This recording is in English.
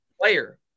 player